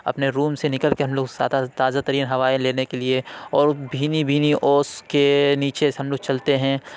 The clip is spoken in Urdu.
اپنے روم سے نکل کے ہم لوگ سادہ تازہ ترین ہوائیں لینے کے لیے اور بھینی بھینی اوس کے نیچے سے ہم لوگ چلتے ہیں